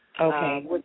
Okay